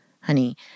honey